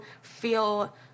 feel